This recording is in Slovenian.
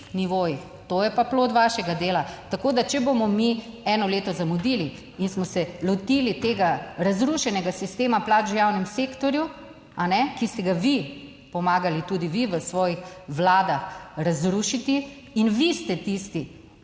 To je pa plod vašega dela. Tako, da, če bomo mi eno leto zamudili in smo se lotili tega razrušenega sistema plač v javnem sektorju, ki ste ga vi pomagali, tudi vi v svojih vladah, razrušiti in vi ste tisti,